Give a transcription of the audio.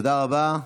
תודה רבה.